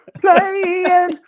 Playing